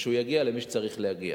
ושהוא יגיע למי שהוא צריך להגיע.